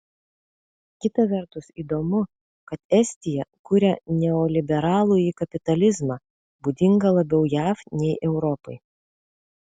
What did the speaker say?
kita vertus įdomu kad estija kuria neoliberalųjį kapitalizmą būdingą labiau jav nei europai